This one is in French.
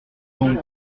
donc